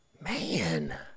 Man